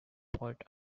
port